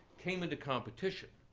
came into competition,